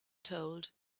told